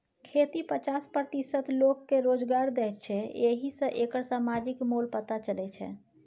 खेती पचास प्रतिशत लोककेँ रोजगार दैत छै एहि सँ एकर समाजिक मोल पता चलै छै